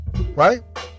Right